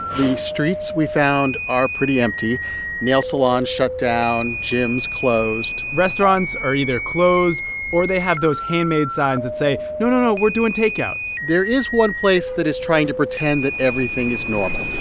the streets we found are pretty empty nail salons shut down, gyms closed restaurants are either closed or they have those handmade signs that say, no, no, no, we're doing takeout there is one place that is trying to pretend that everything is normal